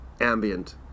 ambient